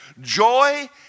Joy